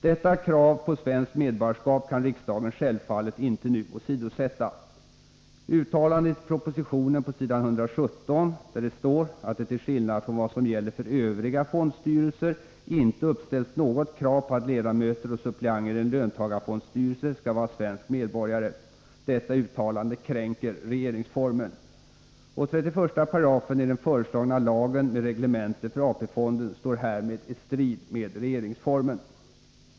Detta krav på svenskt medborgarskap kan riksdagen självfallet icke nu åsidosätta. Uttalandet i propositionen på s. 117, där det står att det till skillnad från vad som gäller för övriga fondstyrelser inte uppställs något krav på att ledamöter och suppleanter i en löntagarfondsstyrelse skall vara svenska medborgare, detta uttalande kränker regeringsformen. 31 §i den föreslagna lagen med reglemente för AP-fonden står härmed i strid med regeringsformen.